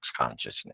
consciousness